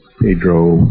Pedro